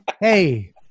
Hey